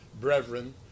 brethren